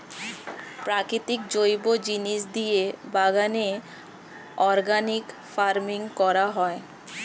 প্রাকৃতিক জৈব জিনিস দিয়ে বাগানে অর্গানিক ফার্মিং করা হয়